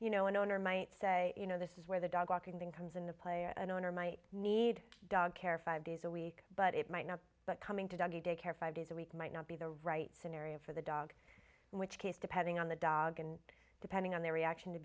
you know an owner might say you know this is where the dog walking thing comes into play or an owner might need dog care five days a week but it might not but coming to doggie daycare five days a week might not be the right scenario for the dog in which case depending on the dog and depending on their reaction to